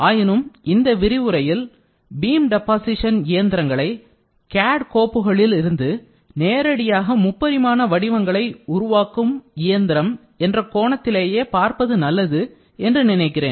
ஆயினும் இந்த விரிவுரையில் பீம் டெப்பாசீஷன் இயந்திரங்களை CAD கோப்புகளில் இருந்து நேரடியாக முப்பரிமாண வடிவங்களை உருவாக்கும் இயந்திரம் என்ற கோணத்திலேயே பார்ப்பது நல்லது என்று நினைக்கிறேன்